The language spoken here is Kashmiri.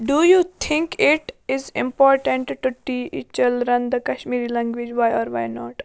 do you think it is important to teach children the Kashmiri language way our way not